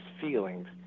feelings